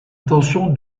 tension